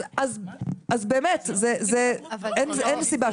אז באמת אין סיבה.